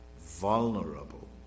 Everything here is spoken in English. vulnerable